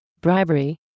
bribery